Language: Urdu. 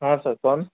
ہاں سر کون